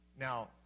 Now